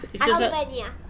Albania